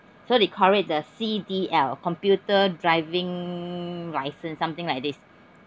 so they call it the C _D_L computer driving license something like this